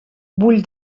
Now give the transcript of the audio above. vull